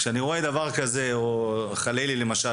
כשאני רואה דבר כזה או חלילי למשל,